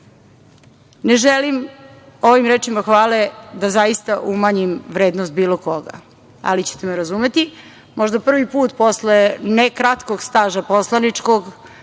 želim ovim rečima hvale da zaista umanjim vrednost bilo koga, ali ćete me razumeti. Možda prvi put, posle ne kratkog staža poslaničkog